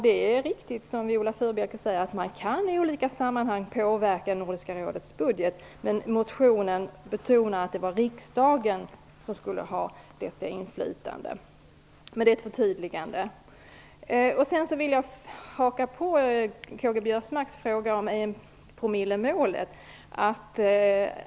Det är riktigt, som Viola Furubjelke säger, att man i olika sammanhang kan påverka Nordiska rådets budget, men i motionen betonas att det är riksdagen som skall ha detta inflytande. Det var ett förtydligande. Jag vill vidare haka på K.-G. Biörsmarks fråga om enpromillesmålet.